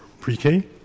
pre-k